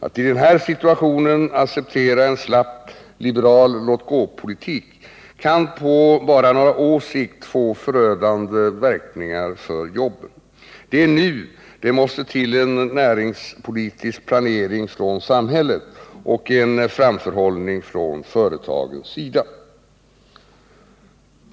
Att i den här situationen acceptera en slapp liberal låtgåpolitik kan på bara några års sikt få förödande verkningar för jobben. Det är nu det måste till en näringspolitisk planering från samhället och en framförhållning från företagens sida.